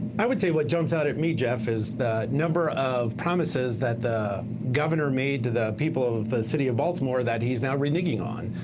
i would say what jump out at me, jeff, is the number of promises that the governor made to the people of the city of baltimore that he's now renege ing on.